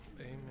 Amen